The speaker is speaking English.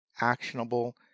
actionable